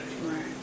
Right